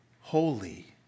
Holy